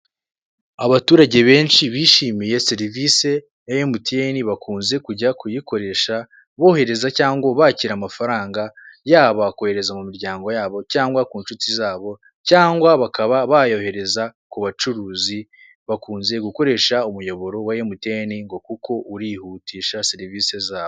Abaturage benshi bishimiye serivise ya mtn bakunza kujya kuyikoresha bohereza cyangwa bakira amafaranga yaba kohereza mu miryango yabo cyangwa ku ncuti zabo cyangwa bakaba bayohereza kubacuruzi, bakunze gukoresha umuyoboro wa mtn ngo kuko urihutisha serivise zabo.